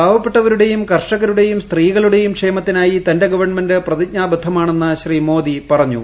പാവപ്പെട്ടവരുടെയും കർഷക്രൂടെയും സ്ത്രീകളുടെയും ക്ഷേമത്തിനായി തന്റെ ഗവൺമെന്റ് പ്രതിജ്ഞാബദ്ധമാ്ണെന്ന് ശ്രീ മോദി പറഞ്ഞു